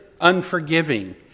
unforgiving